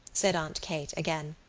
said aunt kate again.